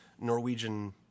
Norwegian